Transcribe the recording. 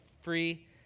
free